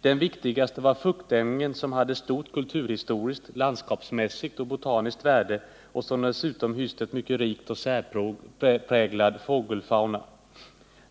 Den viktigaste var fuktängen, som hade stort kulturhistoriskt, landskapsmässigt och botaniskt värde och som dessutom hyste en mycket rik och särpräglad fågelfauna.